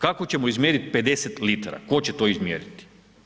Kako ćemo izmjeriti 50 litara, tko će to izmjeriti?